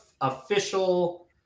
official